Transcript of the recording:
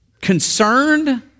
concerned